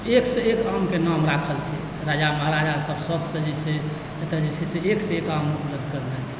एकसँ एक आमके नाम राखल छै राजा महाराजासभ शौकसँ जे छै से एतए जे छै से एकसँ एक आम उपलब्ध करओने छै